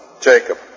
Jacob